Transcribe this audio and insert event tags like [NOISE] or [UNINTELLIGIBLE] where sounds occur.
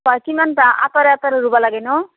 অ কিমান [UNINTELLIGIBLE] আঁতৰে আঁতৰে ৰুব লাগে ন'